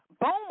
boom